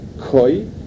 koi